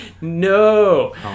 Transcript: no